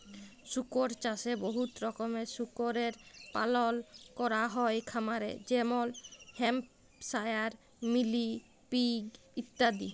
শুকর চাষে বহুত রকমের শুকরের পালল ক্যরা হ্যয় খামারে যেমল হ্যাম্পশায়ার, মিলি পিগ ইত্যাদি